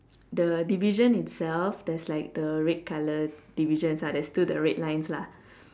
the division itself there's like the red colour divisions lah there's still the red lines lah